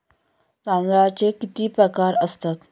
तांदळाचे किती प्रकार असतात?